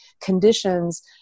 conditions